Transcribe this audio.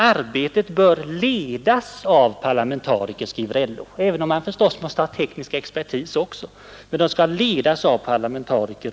Arbetet bör ledas av parlamentariker, skriver däremot LO. Även om man förstås också måste ha med teknisk expertis, bör arbetet ledas av parlamentariker.